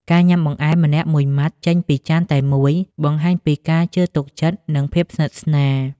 ការញ៉ាំបង្អែមម្នាក់មួយមាត់ចេញពីចានតែមួយ បង្ហាញពីការជឿទុកចិត្ត និងភាពស្និទ្ធស្នាល។